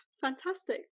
fantastic